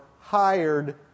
hired